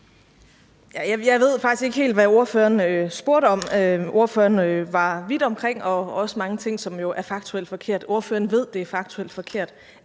Jeg ved faktisk ikke helt, hvad spørgeren spurgte om. Spørgeren var vidt omkring og sagde også mange ting, som jo er faktuelt forkerte. Spørgeren ved, at det er faktuelt forkert,